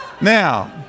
Now